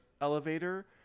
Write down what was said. elevator